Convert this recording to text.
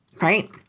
right